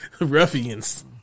Ruffians